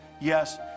Yes